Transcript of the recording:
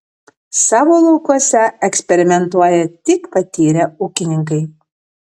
savo laukuose eksperimentuoja tik patyrę ūkininkai